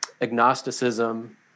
agnosticism